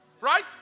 Right